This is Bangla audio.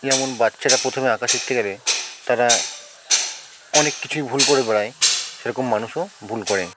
যেমন বাচ্চারা প্রথমে আঁকা শিখতে গেলে তারা অনেক কিছুই ভুল করে বেড়ায় সেরকম মানুষও ভুল করে